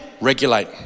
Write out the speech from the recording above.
regulate